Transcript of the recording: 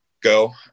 go